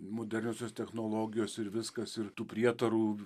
moderniosios technologijos ir viskas ir tų prietarų